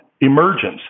emergence